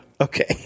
Okay